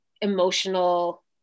emotional